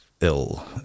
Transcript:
ill